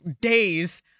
days